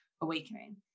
awakening